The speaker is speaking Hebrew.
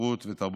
ספרות ותרבות".